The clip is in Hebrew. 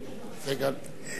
אפרת,